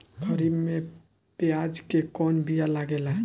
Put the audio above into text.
खरीफ में प्याज के कौन बीया लागेला?